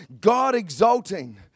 God-exalting